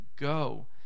Go